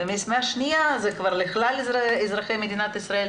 ומשימה שניה זה כבר לכלל אזרחי מדינת ישראל,